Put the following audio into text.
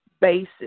basis